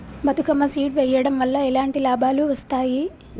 Bathukamma seed వెయ్యడం వల్ల ఎలాంటి లాభాలు వస్తాయి?